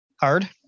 hard